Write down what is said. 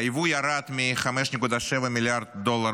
היבוא ירד מ-5.7 מיליארד דולר